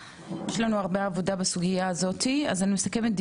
אני מסכמת דיון בכספי הפיקדון שלא נדרשו,